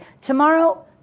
Tomorrow